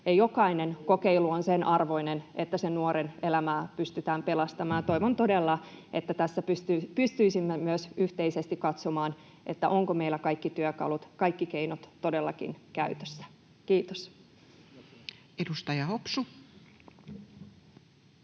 Jokainen kokeilu, jolla nuoren elämää pystytään pelastamaan, on sen arvoinen. Toivon todella, että tässä pystyisimme myös yhteisesti katsomaan, ovatko meillä kaikki työkalut ja kaikki keinot todellakin käytössä. — Kiitos. [Speech 47]